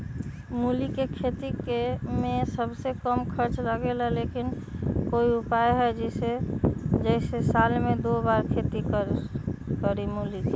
मूली के खेती में सबसे कम खर्च लगेला लेकिन कोई उपाय है कि जेसे साल में दो बार खेती करी मूली के?